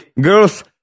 girls